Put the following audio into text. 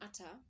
utter